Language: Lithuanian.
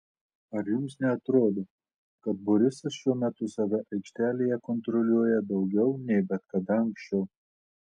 ar jums neatrodo kad borisas šiuo metu save aikštelėje kontroliuoja daugiau nei bet kada anksčiau